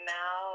now